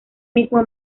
mismo